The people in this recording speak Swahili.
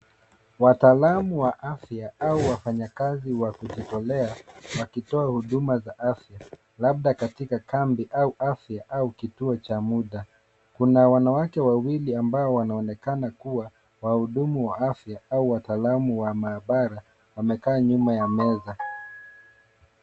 Wataalam wa afya au wafanyakazi wa kujitotea, wakitoa huduma za afya labda katika kambi au afya au kituo cha muda. Kuna wanawake wawili ambao wanaonekana kuwa wahudumu wa afya au wataalam wa maabara wamekaa nyuma ya meza.